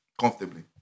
comfortably